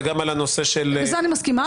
וגם על הנושא של -- זה אני מסכימה,